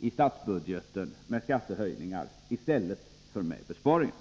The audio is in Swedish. i statsbudgeten med skattehöjningar i stället för med besparingar.